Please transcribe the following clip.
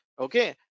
Okay